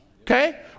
okay